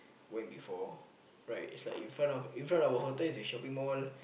went before right is like in front of in front of the hotel is a shopping mall